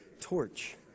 torch